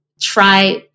try